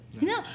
No